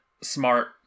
smart